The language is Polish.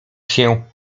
się